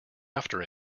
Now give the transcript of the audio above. after